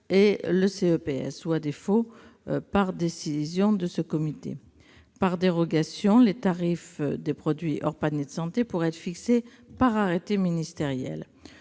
de santé, ou, à défaut, par décision de ce comité. Par dérogation, les tarifs des produits hors panier « 100 % santé » pourraient être fixés par arrêté ministériel.